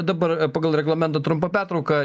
dabar pagal reglamentą trumpa pertrauka